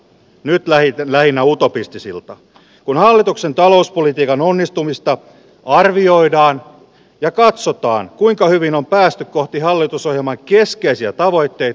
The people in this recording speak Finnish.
nyt näitä lähinnä utopistisilta kun hallituksen talouspolitiikan onnistumista arvioidaan ja katsotaan kuinka hyvin on päästy kohti hallitusohjelman keskeisiä tavoitteet